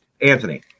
Anthony